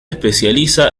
especializa